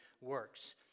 works